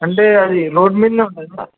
అంటే అది రోడ్ మీదనే ఉంటుందా